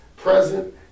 present